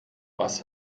was